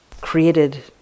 created